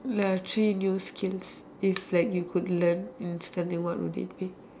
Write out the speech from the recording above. ya three new skills if like you could learn instantly what would it be